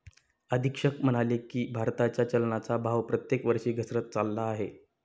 अधीक्षक म्हणाले की, भारताच्या चलनाचा भाव प्रत्येक वर्षी घसरत चालला आहे